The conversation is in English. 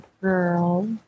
girl